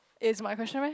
is my question meh